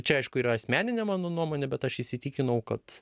čia aišku yra asmeninė mano nuomonė bet aš įsitikinau kad